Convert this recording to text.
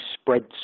spreads